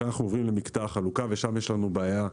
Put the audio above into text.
אנחנו עוברים למקטע החלוקה ויש לנו בעיה אחרת,